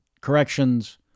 corrections